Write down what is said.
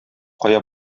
кая